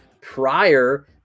prior